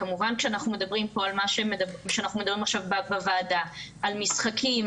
כמובן כשאנחנו מדברים עכשיו בוועדה על משחקים,